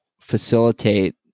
facilitate